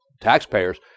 taxpayers